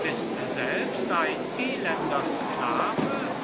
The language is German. bist selbst ein elender sklave